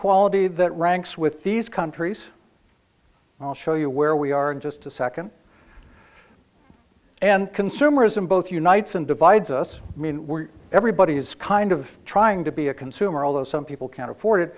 quality that ranks with these countries i'll show you where we are in just a second and consumerism both unites and divides us mean we're everybody is kind of trying to be a consumer although some people can't afford it